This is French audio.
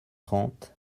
trente